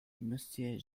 monsieur